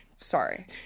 Sorry